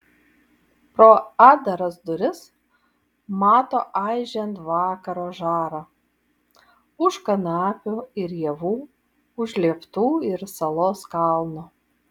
pro atdaras duris mato aižėjant vakaro žarą už kanapių ir javų už lieptų ir salos kalno